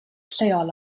lleol